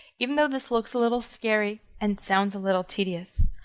even though this looks a little scary and sounds a little tedious,